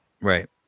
right